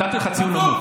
נתתי לך ציון נמוך.